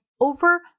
over